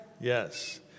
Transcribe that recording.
Yes